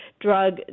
drug